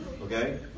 Okay